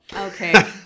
okay